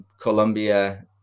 Colombia